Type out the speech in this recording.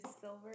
silver